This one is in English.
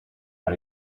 how